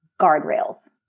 guardrails